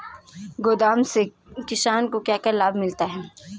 गोदाम से किसानों को क्या क्या लाभ मिलता है?